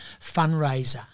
fundraiser